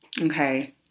Okay